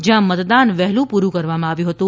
જ્યાં મતદાન વહેલું પુર઼ કરવામાં આવ્યું હતું